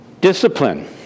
discipline